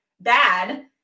bad